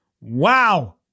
Wow